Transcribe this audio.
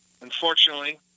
Unfortunately